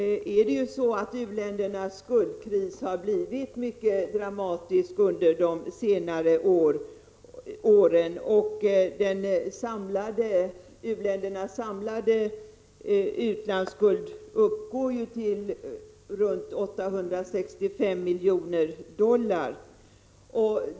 U-ländernas skuldkris har blivit mycket dramatisk under de senare åren. U-ländernas samlade utlandsskuld uppgår till ca 865 miljoner dollar.